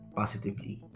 positively